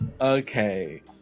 Okay